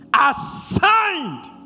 assigned